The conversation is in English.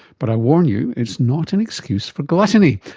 but i warn you, it's not an excuse for gluttony.